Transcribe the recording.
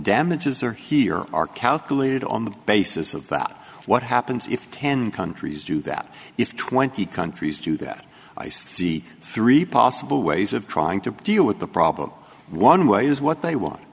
damages are here are calculated on the basis of that what happens if ten countries do that if twenty countries do that i see three possible ways of trying to deal with the problem one way is what they want